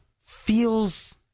feels